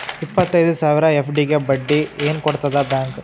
ಇಪ್ಪತ್ತೈದು ಸಾವಿರ ಎಫ್.ಡಿ ಗೆ ಬಡ್ಡಿ ಏನ ಕೊಡತದ ಬ್ಯಾಂಕ್?